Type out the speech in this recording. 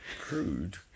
crude